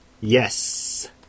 Yes